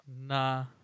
Nah